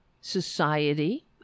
society